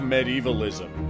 Medievalism